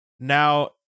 Now